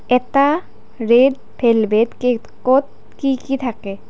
এটা red velvet কেকত কি কি থাকে